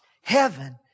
heaven